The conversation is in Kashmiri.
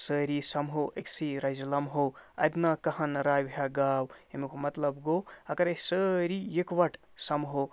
سٲری سَمہو أکۍسٕے رَزِ لَمہو اَدِ نا کَہَن راوِہا گاو اَمیُک مطلب گوٚو اگر أسۍ سٲری یِکوَٹہٕ سَمہو